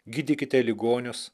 gydykite ligonius